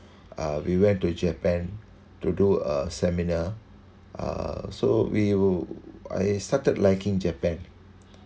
uh we went to japan to do a seminar uh so we will I started liking japan